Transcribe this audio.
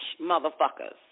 motherfuckers